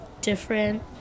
different